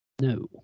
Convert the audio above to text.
No